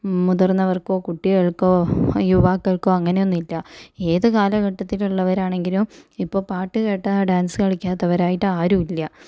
മുതിർന്നവർക്കോ കുട്ടിക്കളൾക്കോ യുവാക്കൾക്കോ അങ്ങനെയൊന്നും ഇല്ല ഏത് കാലഘട്ടത്തിൽ ഉള്ളവരാണെങ്കിലും ഇപ്പോൾ പാട്ട് കേട്ടാൽ ഡാൻസ് കളിക്കാത്തവരായിട്ട് ആരുമില്ല